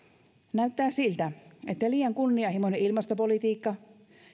näyttää siltä että liian kunnianhimoinen ilmastopolitiikka